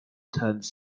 turns